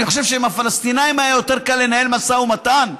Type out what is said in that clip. אני חושב שעם הפלסטינים היה יותר קל לנהל משא ומתן,